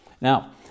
Now